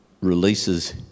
releases